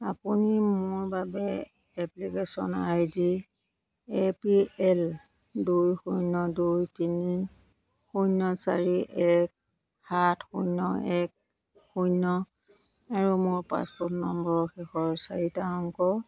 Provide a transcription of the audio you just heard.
আপুনি মোৰ বাবে application ID A P L দুই শূন্য দুই তিনি শূন্য চাৰি এক সাত শূন্য এক শূন্য আৰু মোৰ পাছপোৰ্ট নম্বৰৰ শেষৰ চাৰিটা অংক